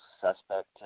suspect